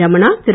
Ramana Thiru